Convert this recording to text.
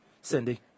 Cindy